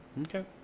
Okay